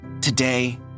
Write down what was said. Today